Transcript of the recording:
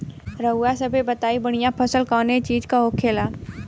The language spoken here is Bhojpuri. रउआ सभे बताई बढ़ियां फसल कवने चीज़क होखेला?